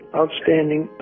outstanding